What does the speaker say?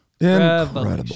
Incredible